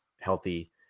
healthy